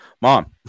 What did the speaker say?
mom